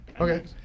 Okay